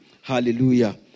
Hallelujah